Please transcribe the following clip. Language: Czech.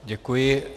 Děkuji.